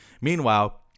Meanwhile